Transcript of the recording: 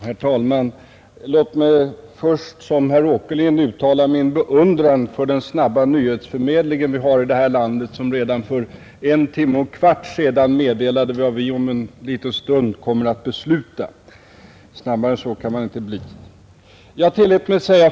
Herr talman! Låt mig först liksom herr Åkerlind uttala min beundran för den snabba nyhetsförmedling som vi har i detta land. Redan för en timme och en kvart sedan meddelade TV vad vi om en liten stund kommer att besluta. Mycket snabbare än så kan det inte gå.